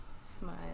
smile